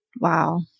Wow